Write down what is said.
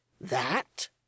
that